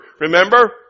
Remember